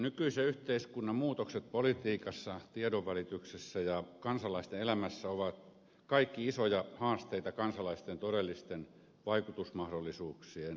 nykyisen yhteiskunnan muutokset politiikassa tiedonvälityksessä ja kansalaisten elämässä ovat kaikki isoja haasteita kansalaisten todellisten vaikutusmahdollisuuksien lisäämiselle